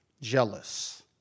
jealous